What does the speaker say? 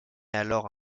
alors